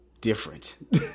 different